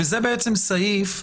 זה בעצם סעיף,